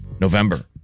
November